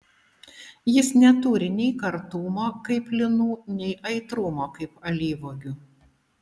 jis neturi nei kartumo kaip linų nei aitrumo kaip alyvuogių